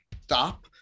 stop